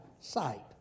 sight